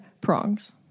Prongs